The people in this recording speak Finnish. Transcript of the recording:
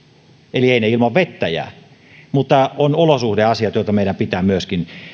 eli eivät ne ilman vettä jää mutta on olosuhdeasiat joita meidän pitää myöskin